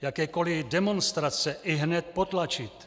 Jakékoli demonstrace ihned potlačit.